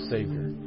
Savior